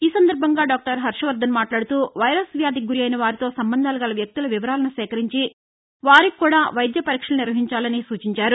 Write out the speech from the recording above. ఈ సందర్భంగా డాక్లర్ హర్వవర్గన్ మాట్లాడుతూ వైరస్ వ్యాధికి గురైన వారితో సంబంధాలు గల వ్యక్తుల వివరాలు సేకరించి వారికి కూడా వైద్య పరీక్షలు నిర్వహించాలని సూచించారు